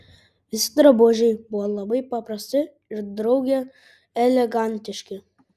visi drabužiai buvo labai paprasti ir drauge elegantiški